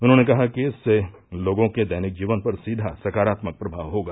उन्होंने कहा कि इससे लोगों के दैनिक जीवन पर सीधा सकारात्मक प्रमाव होगा